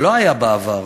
שלא הייתה בעבר,